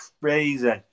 crazy